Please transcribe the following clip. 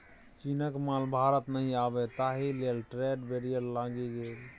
चीनक माल भारत नहि आबय ताहि लेल ट्रेड बैरियर लागि गेल